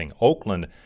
Oakland